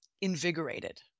invigorated